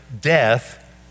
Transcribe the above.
death